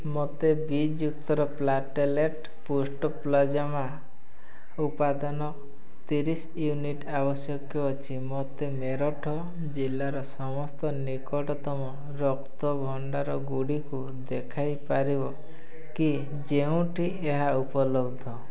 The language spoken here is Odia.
ମୋତେ ବି ଯୁକ୍ତର ପ୍ଲାଟେଲେଟ୍ ପୁଷ୍ଟ ପ୍ଲାଜମା ଉପାଦାନ ତିରିଶି ୟୁନିଟ୍ ଆବଶ୍ୟକ ଅଛି ମୋତେ ମେରଟ ଜିଲ୍ଲାର ସମସ୍ତ ନିକଟତମ ରକ୍ତ ଭଣ୍ଡାରଗୁଡ଼ିକୁ ଦେଖାଇ ପାରିବ କି ଯେଉଁଠି ଏହା ଉପଲବ୍ଧ